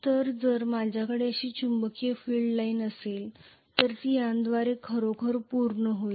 तर जर माझ्याकडे अशी चुंबकीय फील्ड लाइन असेल तर ती याद्वारे खरोखर पूर्ण होईल